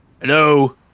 Hello